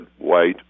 white